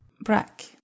Brack